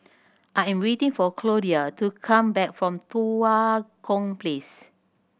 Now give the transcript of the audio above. I am waiting for Claudio to come back from Tua Kong Place